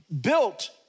built